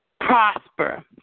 prosper